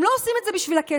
הם לא עושים את זה בשביל הכסף.